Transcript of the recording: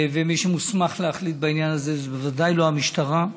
ומי שמוסמך להחליט בעניין הזה זה ודאי לא המשטרה,